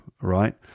right